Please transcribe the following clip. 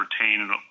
retain